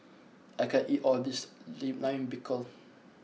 I can't eat all of this Lime Pickle